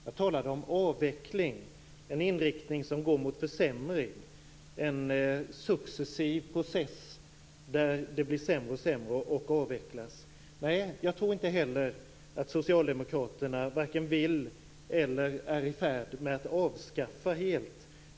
Jag talade om en avveckling, om en inriktning mot en försämring - en process där det successivt blir allt sämre och där det avvecklas. Nej, jag tror inte att Socialdemokraterna vare sig vill eller är i färd med att helt avskaffa den personliga assistansen.